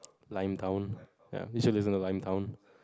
lion town ya you should listen to lion town